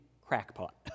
crackpot